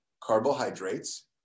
carbohydrates